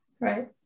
Right